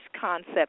concept